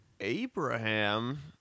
Abraham